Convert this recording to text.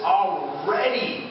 already